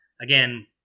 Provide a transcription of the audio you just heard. again